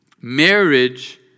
Marriage